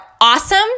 awesome